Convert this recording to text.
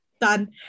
done